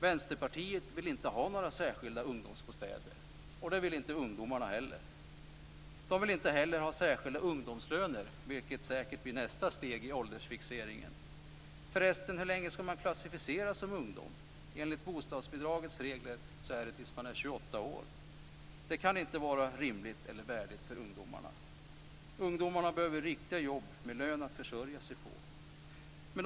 Vänsterpartiet vill inte ha några särskilda ungdomsbostäder. Det vill inte ungdomarna heller. De vill inte heller ha särskilda ungdomslöner, vilket säkert blir nästa steg i åldersfixeringen. Hur länge skall man förresten klassificeras om ungdom? Enligt reglerna för bostadsbidrag är det tills man är 28 år. Det kan inte vara rimligt eller värdigt för ungdomarna. Ungdomarna behöver riktiga jobb med lön att försörja sig på.